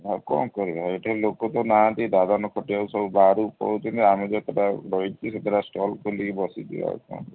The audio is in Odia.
ଆଉ କ'ଣ କରିବା ଏଇଠି ଲୋକ ତ ନାହାନ୍ତି ଦାଦନ ଖଟିଆକୁ ସବୁ ବାହାରକୁ ପଳାଉଛନ୍ତି ଆମେ ଯେତେଟା ରହିଛୁ ସେତେଟା ଷ୍ଟଲ୍ ଖୋଲିକି ବସିଛୁ ଆଉ କ'ଣ